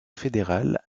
fédéral